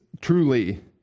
truly